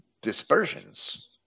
dispersions